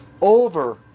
over